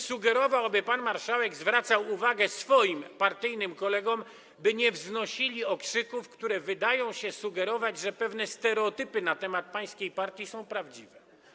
Sugerowałbym, aby pan marszałek zwracał uwagę swoim partyjnym kolegom, by nie wznosili okrzyków, które wydają się sugerować, że pewne stereotypy na temat pańskiej partii są prawdziwe.